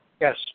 Yes